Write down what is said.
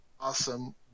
awesome